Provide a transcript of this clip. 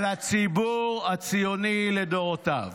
על הציבור הציוני לדורותיו.